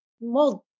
mold